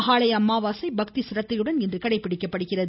மகாளய அமாவாசை பக்தி சிரத்தையுடன் இன்று கடைபிடிக்கப்படுகிறது